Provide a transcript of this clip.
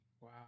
Wow